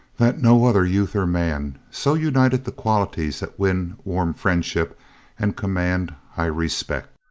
that no other youth or man so united the qualities that win warm friendship and command high respect.